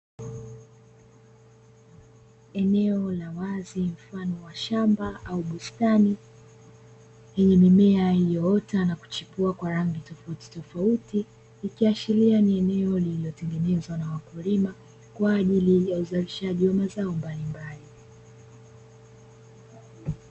Eneo la wazi mfano wa shamba au bustani yenye mimea iliyoota na kuchipua kwa rangi tofautitofauti, ikiashiria ni eneo lililotengenezwa na wakulima kwa ajili ya uzalishaji wa mazao mbalimbali.